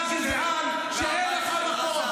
אתה גזען שאין לך מקום.